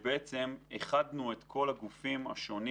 ואיחדנו את כל הגופים השונים